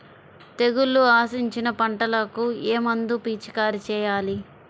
తెగుళ్లు ఆశించిన పంటలకు ఏ మందు పిచికారీ చేయాలి?